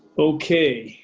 okay,